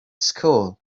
school